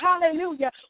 hallelujah